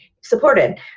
supported